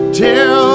till